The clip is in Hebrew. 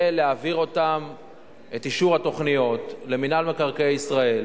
ולהעביר את אישור התוכניות למינהל מקרקעי ישראל